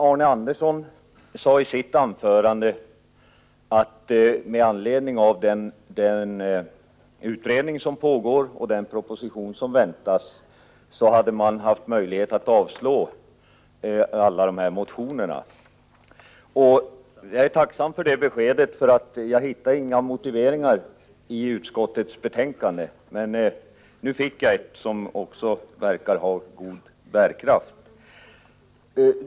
Arne Andersson i Ljung sade i sitt anförande att den utredning som pågår och den proposition som väntas gett utskottet möjlighet att avstyrka alla motionerna. Jag är tacksam för det beskedet. Jag hittade nämligen ingen motivering i utskottets betänkande. Men nu fick jag en, som också verkar ha god bärkraft.